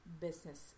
business